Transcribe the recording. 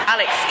Alex